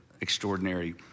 extraordinary